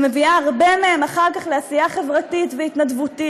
היא מביאה הרבה מהם אחר כך לעשייה חברתית והתנדבותית,